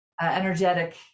energetic